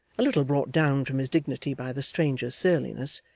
a little brought down from his dignity by the stranger's surliness,